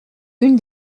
une